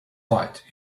bite